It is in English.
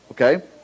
okay